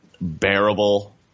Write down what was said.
bearable